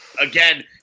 again